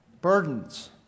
burdens